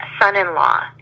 son-in-law